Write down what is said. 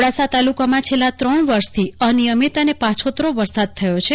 અબડાસામાં છેલ્લા ત્રણ વર્ષથી અનિયમિત અને પાછોતરો વરસાદ થાય છે